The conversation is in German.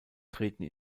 treten